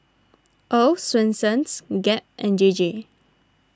Earl's Swensens Gap and J J